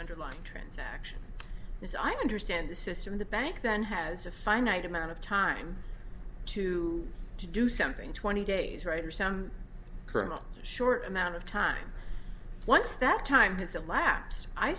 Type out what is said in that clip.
underlying transaction as i understand the system the bank then has a finite amount of time to to do something twenty days right or some colonel short amount of time once that time has elapsed i